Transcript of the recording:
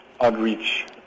outreach